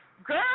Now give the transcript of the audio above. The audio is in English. Girl